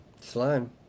Slime